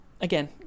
again